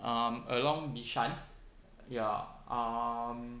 um along bishan ya um